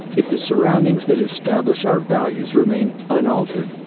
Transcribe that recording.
if the surroundings that establish our values remain unaltered,